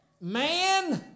man